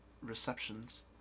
receptions